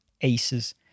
ACEs